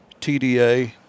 TDA